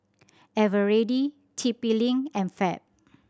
Eveready T P Link and Fab